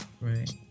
right